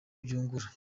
byungura